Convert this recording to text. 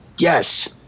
Yes